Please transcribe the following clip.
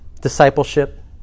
Discipleship